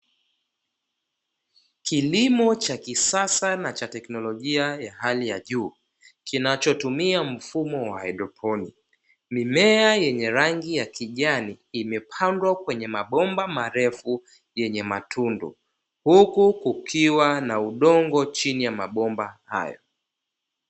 Kilimo cha kisasa na cha teknolojia ya hali ya juu, kinachotumia mfumo wa haidroponi. Mimea yenye rangi ya kijani imepandwa kwenye mabomba marefu yenye matundu. Huku kukiwa na udongo chini ya mabomba hayo.